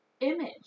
image